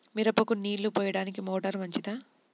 మిరపకు నీళ్ళు పోయడానికి మోటారు మంచిదా?